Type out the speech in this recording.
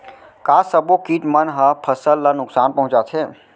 का सब्बो किट मन ह फसल ला नुकसान पहुंचाथे?